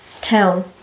town